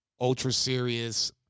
ultra-serious